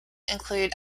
include